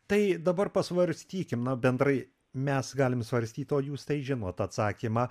tai dabar pasvarstykim na bendrai mes galim svarstyt o jūs tai žinot atsakymą